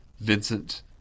Vincent